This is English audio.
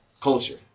Culture